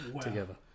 together